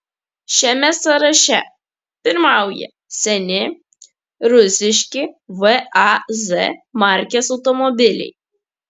šiame sąraše pirmauja seni rusiški vaz markės automobiliai